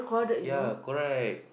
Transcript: ya correct